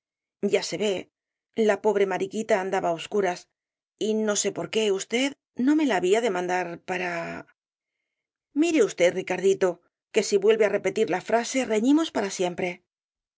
ya se ve la pobre mariquita andaba á obscuras y no sé por qué usted no me la había de mandar para mire usted ricardito que si vuelve á repetir la frase reñimos para siempre